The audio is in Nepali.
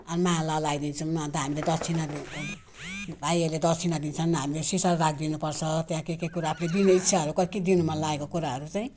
माला लगाइदिन्छौँ अन्त हामीले दक्षिणा दिन् भाइहरूले दक्षिणा दिन्छन् हामीले सिसार राखिदिनु पर्छ त्यहाँ के के कुराहरू आफूले दिने इच्छाहरू कत्ति दिनु मनलागेको कुराहरू चाहिँ